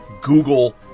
google